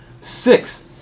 six